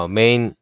main